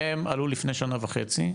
הם עלו לפני שנה וחצי.